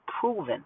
proven